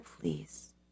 please